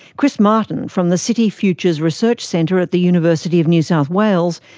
chris martin, from the city futures research centre at the university of new south wales,